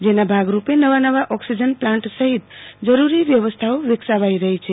જેના ભાગરૂપે નવા નવા ઓકિસજન પ્લાન્ટ સહિત જરૂરી વ્યવસ્થાઓ વિકસાવાઈ રહી છે